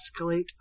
escalate